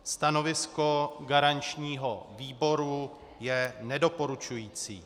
Stanovisko garančního výboru je nedoporučující.